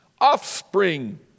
offspring